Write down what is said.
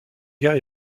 gare